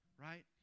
right